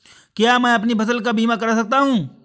क्या मैं अपनी फसल का बीमा कर सकता हूँ?